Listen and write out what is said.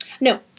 No